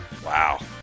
Wow